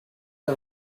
que